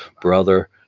Brother